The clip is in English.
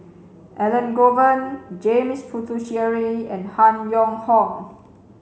Elangovan James Puthucheary and Han Yong Hong